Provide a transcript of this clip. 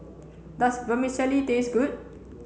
does Vermicelli taste good